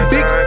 Big